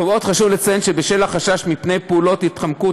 עוד חשוב לציין שבשל החשש מפני פעולות התחמקות